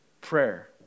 prayer